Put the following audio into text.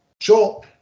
show